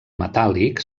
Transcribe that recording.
metàl·lic